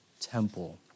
temple